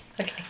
Okay